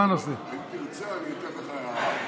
אם תרצה, אני אתן לך הערה.